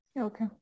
Okay